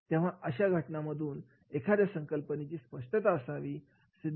तेव्हा अशा घटनांमधून एखाद्या संकल्पनेची स्पष्टता असावी